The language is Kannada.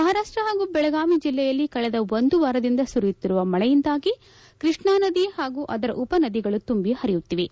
ಮಹಾರಾಷ್ಟ ಪಾಗೂ ಬೆಳಗಾವಿ ಜಿಲ್ಲೆಯಲ್ಲಿ ಕಳೆದ ಒಂದು ವಾರದಿಂದ ಸುರಿಯುತ್ತಿರುವ ಮಳೆಯಿಂದಾಗಿ ಕೃಷ್ಣಾ ನದಿ ಹಾಗೂ ಅದರ ಉಪನದಿಗಳು ತುಂಬಿ ಪರಿಯುತ್ತಿವೆ